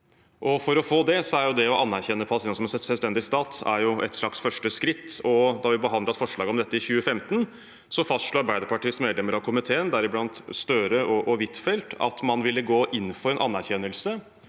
For å få det er det å anerkjenne Palestina som en selvstendig stat et slags første skritt. Da vi behandlet et forslag om dette i 2015, fastslo Arbeiderpartiets medlemmer av komiteen, deriblant Støre og Huitfeldt, at man ville gå inn for å anerkjenne